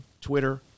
Twitter